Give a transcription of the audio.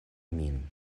min